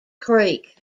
creek